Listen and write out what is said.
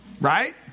Right